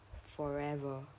forever